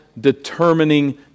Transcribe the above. determining